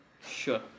Sure